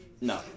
No